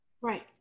Right